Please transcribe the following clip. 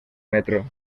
metro